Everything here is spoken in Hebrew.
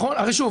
שוב,